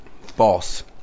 False